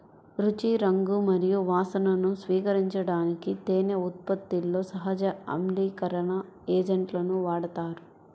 రుచి, రంగు మరియు వాసనను స్థిరీకరించడానికి తేనె ఉత్పత్తిలో సహజ ఆమ్లీకరణ ఏజెంట్లను వాడతారు